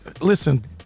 Listen